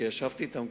כבר ישבתי אתם,